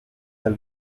del